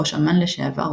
ראש אמ"ן לשעבר,